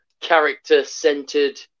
character-centered